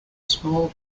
small